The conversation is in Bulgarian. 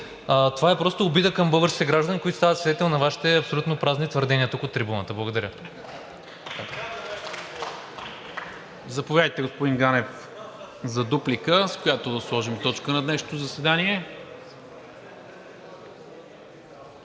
Това е просто обида към българските граждани, които стават свидетели на Вашите абсолютно празни твърдения тук от трибуната. Благодаря.